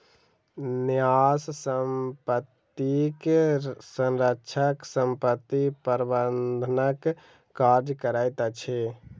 न्यास संपत्तिक संरक्षक संपत्ति प्रबंधनक कार्य करैत अछि